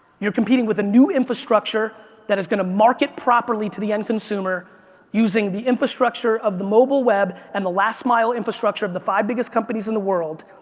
you're competing with a new infrastructure that is going to market properly to the end consumer using the infrastructure of the mobile web and the last mile infrastructure of the five biggest companies in the world.